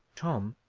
tom!